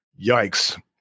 Yikes